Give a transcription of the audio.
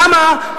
התמ"א,